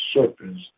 serpents